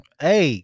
Hey